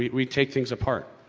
we, we take things apart.